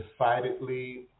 decidedly